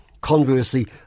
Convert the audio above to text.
Conversely